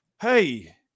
hey